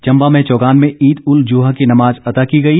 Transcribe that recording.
चंबा में चौगान में ईद उल जुहा की नमाज अता की गई